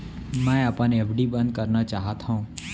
मै अपन एफ.डी बंद करना चाहात हव